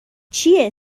چیه